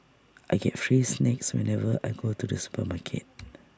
I get free snacks whenever I go to the supermarket